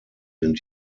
sind